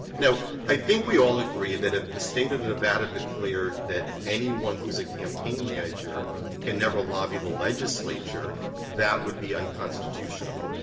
now, i think we all agree that if the state of nevada declared that anyone who is a campaign manager can never lobby the legislature, that would be unconstitutional,